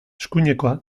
eskuinekoa